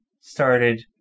started